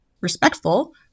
respectful